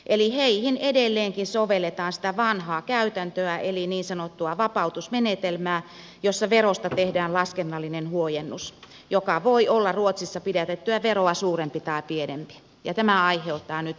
eli heihin edelleenkin sovelletaan sitä vanhaa käytäntöä eli niin sanottua vapautusmenetelmää jossa verosta tehdään laskennallinen huojennus joka voi olla ruotsissa pidätettyä veroa suurempi tai pienempi ja tämä aiheuttaa nyt kahdenlaista käytäntöä